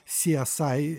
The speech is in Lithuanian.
si e sai